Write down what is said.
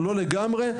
לא לגמרי,